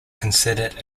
considered